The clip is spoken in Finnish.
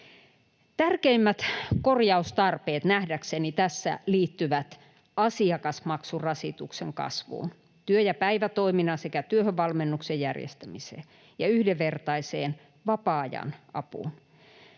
Tärkeimmät korjaustarpeet tässä nähdäkseni liittyvät asiakasmaksurasituksen kasvuun, työ- ja päivätoiminnan sekä työhönvalmennuksen järjestämiseen ja yhdenvertaiseen vapaa-ajan apuun.